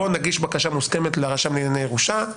בוא נגיש בקשה מוסכמת לרשם לענייני הירושה,